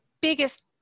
biggest